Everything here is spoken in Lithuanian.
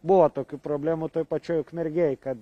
buvo tokių problemų toj pačioj ukmergėj kad